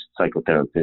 psychotherapist